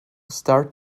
start